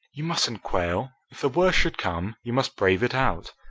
you mustn't quail the worst should come, you must brave it out.